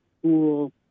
school